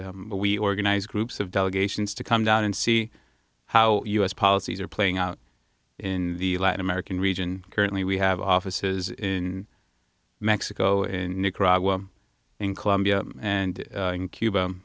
we organize groups of delegations to come down and see how u s policies are playing out in the latin american region currently we have offices in mexico in nicaragua in colombia and in cuba